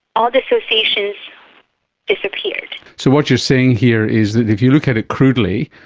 all the associations disappeared. so what you're saying here is that if you look at it crudely,